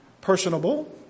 personable